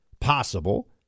possible